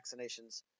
vaccinations